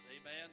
Amen